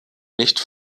nicht